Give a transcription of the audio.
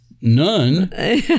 none